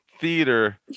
theater